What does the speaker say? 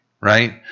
Right